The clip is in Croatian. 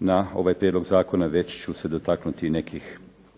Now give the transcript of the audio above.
na ovaj prijedlog zakona već ću se dotaknuti nekih